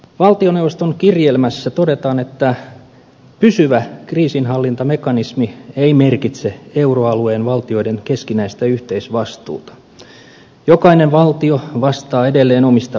valtioneuvoston kirjelmässä todetaan että pysyvä kriisinhallintamekanismi ei merkitse euroalueen valtioiden keskinäistä yhteisvastuuta jokainen valtio vastaa edelleen omista veloistaan